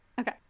Okay